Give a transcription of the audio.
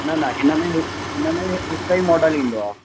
न न हिन में हिकु हिन में हिकु ई मॉडल ईंदो आहे